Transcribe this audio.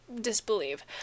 disbelieve